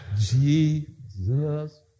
Jesus